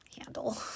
handle